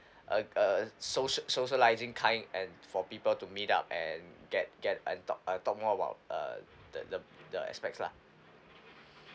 a a soci~ socialising kind and for people to meet up and get get and talk uh talk more about uh the the the aspects lah